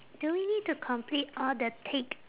do we need to complete all the tick